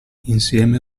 insieme